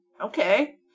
Okay